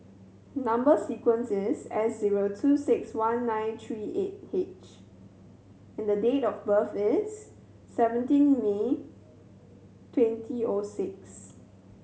number sequence is S zero two six one nine three eight H and date of birth is seventeen May twenty O six